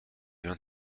ایران